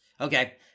Okay